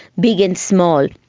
big and small.